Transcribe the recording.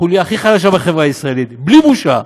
החוליה הכי חלשה בחברה הישראלית, בלי בושה,